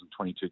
2022